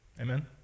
Amen